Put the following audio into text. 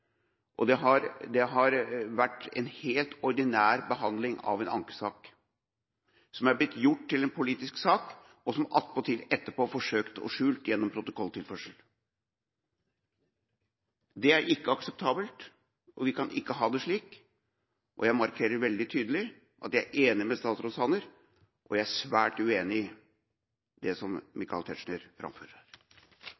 noe regelverk, og det har vært en helt ordinær behandling av en ankesak. Så er det blitt gjort til en politisk sak som attpåtil etterpå er forsøkt skjult gjennom protokolltilførsel. Det er ikke akseptabelt, vi kan ikke ha det slik, og jeg markerer veldig tydelig at jeg er enig med statsråd Sanner, og jeg er svært uenig i det